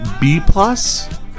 B-plus